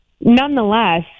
nonetheless